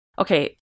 Okay